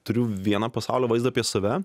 turiu vieną pasaulio vaizdą apie save